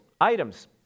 items